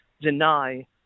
deny